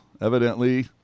evidently